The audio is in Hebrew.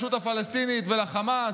לרשות הפלסטינית ולחמאס.